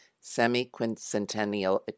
Semi-Quincentennial